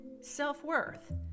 Self-worth